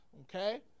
okay